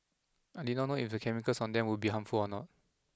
I did not know if the chemicals on them would be harmful or not